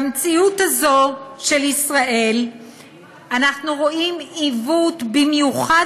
במציאות הזאת של ישראל אנחנו רואים עיוות במיוחד